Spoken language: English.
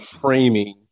framing